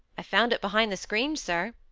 i found it behind the screen, sir,